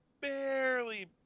barely